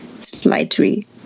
slightly